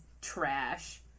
trash